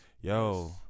Yo